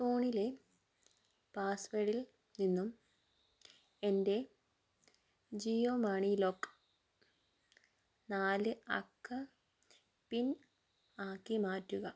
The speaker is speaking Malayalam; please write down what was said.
ഫോണിലെ പാസ്വേഡിൽ നിന്നും എൻ്റെ ജിയോ മണി ലോക്ക് നാല് അക്ക പിൻ ആക്കി മാറ്റുക